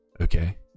Okay